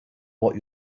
what